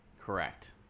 Correct